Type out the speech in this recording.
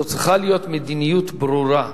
זו צריכה להיות מדיניות ברורה,